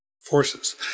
forces